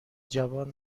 جوان